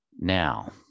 Now